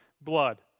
blood